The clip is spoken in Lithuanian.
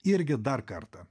irgi dar kartą